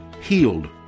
healed